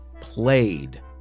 played